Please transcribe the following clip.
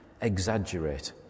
exaggerate